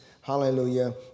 hallelujah